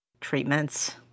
treatments